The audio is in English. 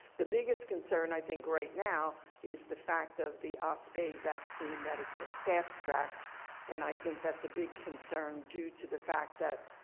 the biggest concern i think right now is the fact of the ospa vaccine that has been fast tracked and i think that's a big concern due to the fact that,